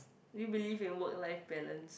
do you believe in work life balance